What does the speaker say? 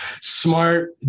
smart